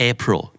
April